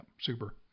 super